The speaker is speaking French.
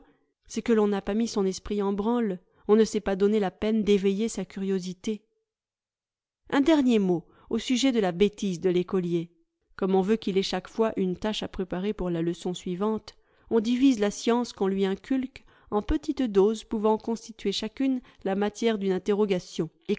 c'est que l'on n'a pas mis son esprit en branle on ne s'est pas donné la peine d'éveiller sa curiosité un dernier mot au sujet de la bêtise de l'écolier gorame on veut qu'il ait chaque fois une tâche à préparer pour la leçon suivante on divise la science qu'on lui inculque en petites doses pouvant constituer chacune la matière d'une interrogation